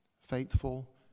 Faithful